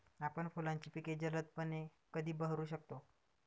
आपण फुलांची पिके जलदपणे कधी बहरू शकतो?